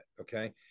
okay